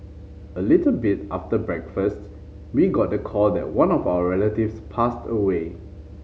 a little bit after breakfast we got the call that one of our relatives passed away